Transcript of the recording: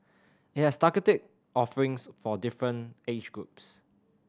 it has targeted offerings for different age groups